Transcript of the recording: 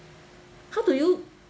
how to u~